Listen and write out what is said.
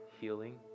healing